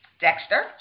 Dexter